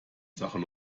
sachen